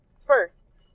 first